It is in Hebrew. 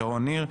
שרון ניר.